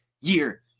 year